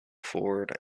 forward